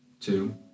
two